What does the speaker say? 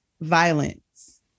violence